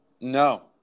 No